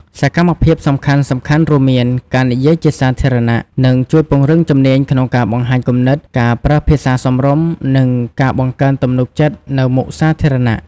សកម្មភាពសំខាន់ៗរួមមាន ការនិយាយជាសាធារណៈ និងជួយពង្រឹងជំនាញក្នុងការបង្ហាញគំនិត ការប្រើភាសាសមរម្យ និងការបង្កើតទំនុកចិត្តនៅមុខសាធារណៈ។